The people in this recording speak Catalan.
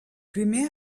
primer